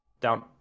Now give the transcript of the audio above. Down